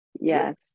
Yes